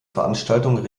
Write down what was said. veranstaltungen